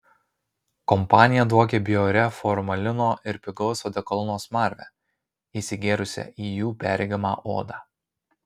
kompanija dvokė bjauria formalino ir pigaus odekolono smarve įsigėrusią į jų perregimą odą